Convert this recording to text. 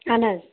اَہَن حظ